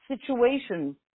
situation